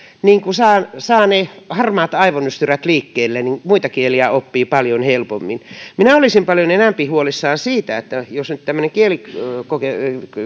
kun saa ne harmaat aivonystyrät liikkeelle niin muita kieliä oppii paljon helpommin minä olisin paljon enempi huolissani siitä jos nyt tämmöinen kielikokeilu